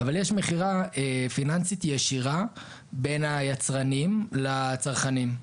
אבל יש מכירה פיננסית ישירה בין היצרנים לצרכנים.